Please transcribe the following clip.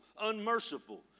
unmerciful